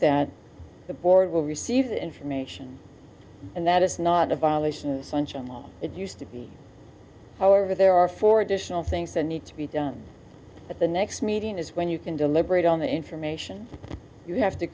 that the board will receive the information and that is not a violation of sunshine law it used to be however there are four additional things that need to be done at the next meeting is when you can deliberate on the information you have to